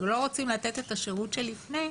כשהיא לא רוצה לתת את השירות של לפני,